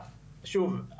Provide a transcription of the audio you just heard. שוב,